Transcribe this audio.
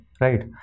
right